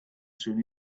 soon